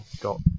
Got